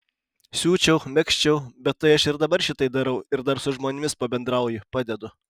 siūčiau megzčiau bet tai aš ir dabar šitai darau ir dar su žmonėms pabendrauju padedu